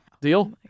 Deal